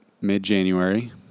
mid-January